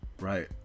right